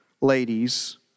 ladies